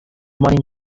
morning